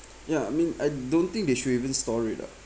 ya I mean I don't think they should even store it ah